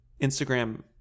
Instagram